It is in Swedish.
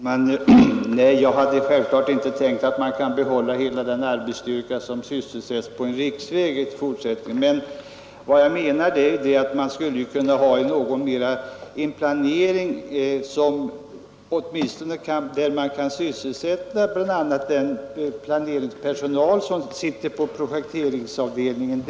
Herr talman! Jag hade självklart inte tänkt att man i fortsättningen skulle kunna behålla hela den arbetsstyrka som sysselsätts på en riksväg. Vad jag menar är att det borde finnas en planering som gör det möjligt att sysselsätta bl.a. den personal som arbetar på projekteringsavdelningen.